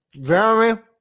Jeremy